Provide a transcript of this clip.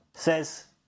says